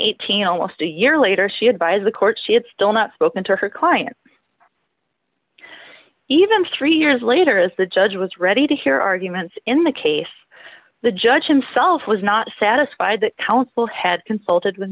eighteen almost a year later she advised the court she had still not spoken to her client even three years later as the judge was ready to hear arguments in the case the judge himself was not satisfied that counsel had consulted with